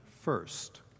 first